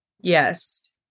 Yes